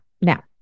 Now